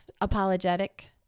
Apologetic